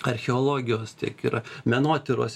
archeologijos tiek ir menotyros